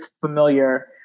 familiar